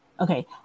Okay